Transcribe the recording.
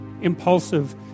impulsive